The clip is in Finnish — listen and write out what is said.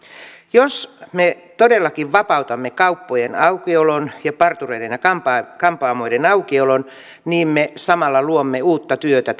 jos me todellakin vapautamme kauppojen aukiolon ja partureiden ja kampaamoiden aukiolon niin me samalla luomme uutta työtä